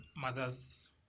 Mothers